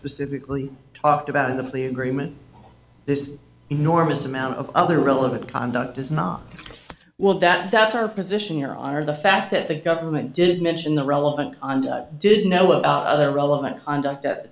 specifically talked about in the plea agreement this enormous amount of other relevant conduct does not well that that's our position your honor the fact that the government did mention the relevant and did know what other relevant conduct at the